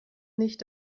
nicht